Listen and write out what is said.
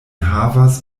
havas